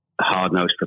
hard-nosed